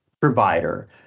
provider